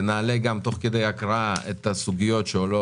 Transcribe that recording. ותוך כדי ההקראה נעלה גם סוגיות שיעלו